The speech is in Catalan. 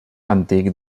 antic